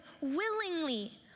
willingly